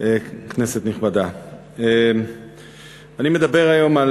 כנסת נכבדה, אני מדבר היום על